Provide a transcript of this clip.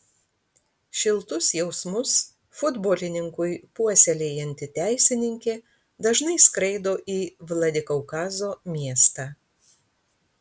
šiltus jausmus futbolininkui puoselėjanti teisininkė dažnai skraido į vladikaukazo miestą